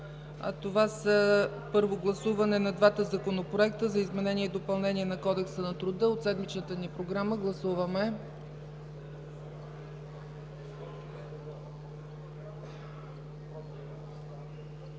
на т. 5 – Първо гласуване на двата законопроекта за изменение и допълнение на Кодекса на труда от седмичната ни програма. Гласували